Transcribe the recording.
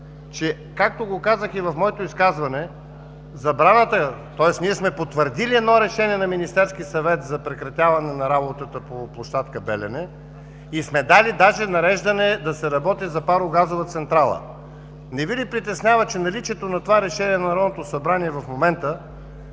че както го казах и в моето изказване, забраната, тоест ние сме потвърдили едно решение на Министерския съвет за прекратяване на работата по площадка „Белене“ и сме дали даже нареждане да се работи за паро-газова централа – не Ви ли притеснява, че наличието на това решение на Народното събрание в момента